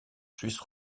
suisse